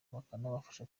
bakabafasha